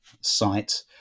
site